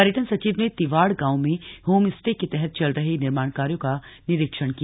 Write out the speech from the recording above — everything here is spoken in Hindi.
पर्यटन सचिव ने तिवाड़ गांव में होम स्टे के तहत चल रहे निर्माण कार्यो का निरीक्षण किया